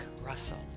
Russell